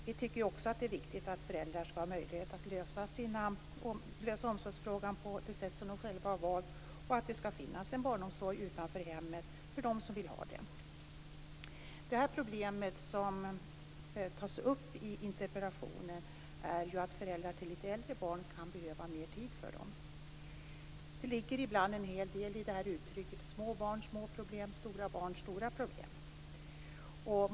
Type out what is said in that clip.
Vi tycker också att det är viktigt att föräldrar skall ha möjligheter att ordna omsorgen på det sätt som de själva har valt och att det skall finnas en barnomsorg utanför hemmet för dem som vill ha det. Problemet som tas upp i interpellationen är att föräldrar till lite äldre barn kan behöva mer tid för dem. Det ligger ibland en hel del i uttrycket: Små barn, små problem - stora barn, stora problem.